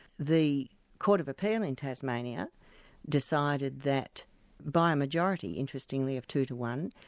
the court of appeal in tasmania decided that by a majority, interestingly of two to one,